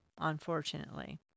Unfortunately